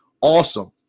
Awesome